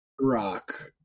Rock